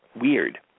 weird